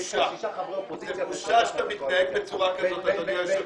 בושה שאתה מתנהג בצורה כזאת, אדוני היושב-ראש.